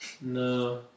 No